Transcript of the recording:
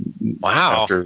Wow